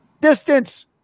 distance